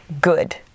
good